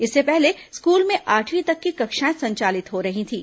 इससे पहले स्कूल में आठवीं तक की कक्षाएं संचालित हो रही थीं